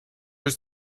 his